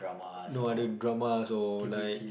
no other dramas or like